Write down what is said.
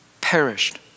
perished